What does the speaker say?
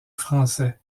français